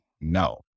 no